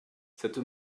cette